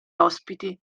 ospiti